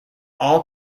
all